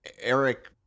Eric